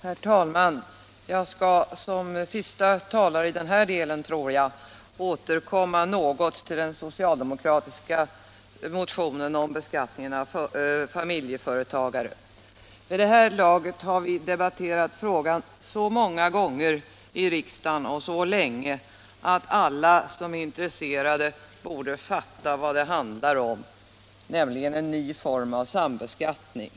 Herr talman! Jag skall som den troligen sista talaren i denna fråga något beröra den socialdemokratiska motionen om beskattningen av familjeföretagare. Vid det här laget har vi debatterat frågan så många gånger i riksdagen och så länge att alla som är intresserade borde fatta vad det handlar om, nämligen en ny form av sambeskattning.